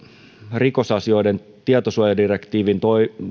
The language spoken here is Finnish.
rikosasioiden tietosuojadirektiivin